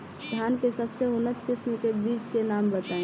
धान के सबसे उन्नत किस्म के बिज के नाम बताई?